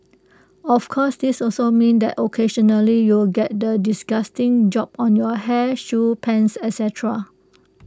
of course this also means that occasionally you'll get that disgusting job on your hair shoes pants ET cetera